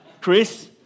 Chris